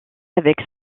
avec